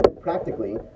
practically